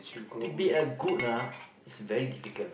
to be a good lah is very difficult